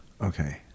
Okay